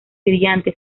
brillante